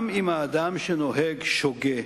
גם אם האדם שנוהג שוגה,